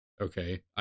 Okay